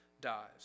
dies